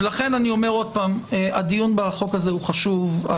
הדיון בחוק איסור אפליה הוא חשוב.